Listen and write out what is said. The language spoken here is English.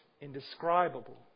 indescribable